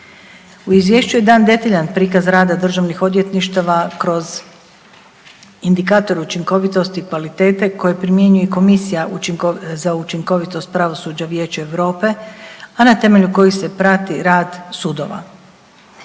U izvješću je dan detaljan prikaz rada državnih odvjetništava kroz indikator učinkovitosti kvalitete koje primjenjuje i Komisija za učinkovitost pravosuđa Vijeća Europe, a na temelju kojih se prati rad sudova.